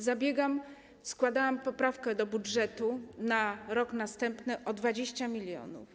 Zabiegam, składałam poprawkę do budżetu na rok następny, o 20 mln.